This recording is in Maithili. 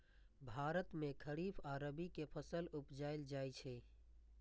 भारत मे खरीफ आ रबी के फसल उपजाएल जाइ छै